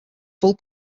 full